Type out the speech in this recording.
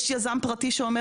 יש יזם פרטי שאומר,